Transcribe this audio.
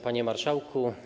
Panie Marszałku!